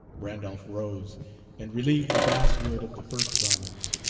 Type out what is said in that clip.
randolph rose and relieved the basswood of the first garments.